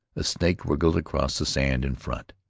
a snake wriggled across the sand in front.